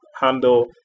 handle